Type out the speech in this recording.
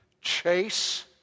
chase